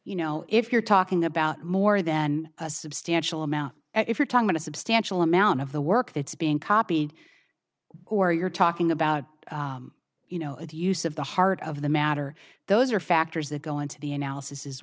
you know if you're talking about more than a substantial amount if you're talking a substantial amount of the work that's being copied or you're talking about you know the use of the heart of the matter those are factors that go into the analysis as